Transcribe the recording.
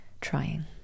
trying